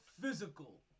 physical